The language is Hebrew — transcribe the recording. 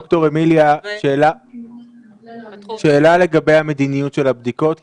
ד"ר אמיליה, שאלה לגבי מדיניות הבדיקות.